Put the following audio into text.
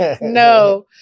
No